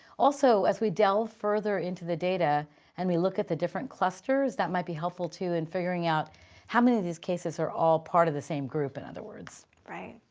also, as we delve further into the data and we look at the different clusters that might be helpful too in figuring out how many of these cases are all part of the same group in other words. right.